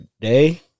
day